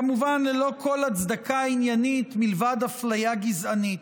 כמובן ללא כל הצדקה עניינית מלבד אפליה גזענית.